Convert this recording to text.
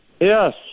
Yes